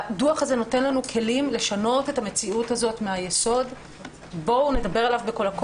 הדוח הזה נותן לנו כלים לשנות את המציאות הזאת מן היסוד.